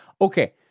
Okay